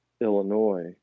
illinois